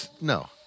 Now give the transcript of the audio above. no